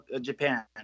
Japan